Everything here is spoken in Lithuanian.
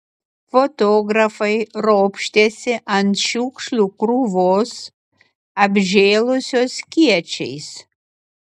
fotografai ropštėsi ant šiukšlių krūvos apžėlusios kiečiais